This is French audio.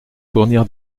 fournir